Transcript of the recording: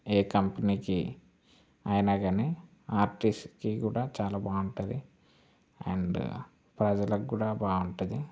ఏ కంపెనీకి అయినా కాని ఆర్టీసీకి కూడా చాలా బాగుంటుంది అండ్ ప్రజలకు కూడా బాగుంటుంది